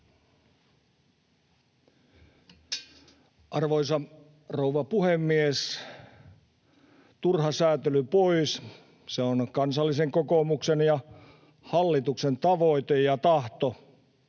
Arvoisa rouva puhemies! Turha sääntely pois, se on Kansallisen Kokoomuksen ja hallituksen tavoite ja tahto.